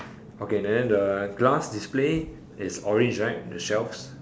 okay then the glass display is orange right the shelf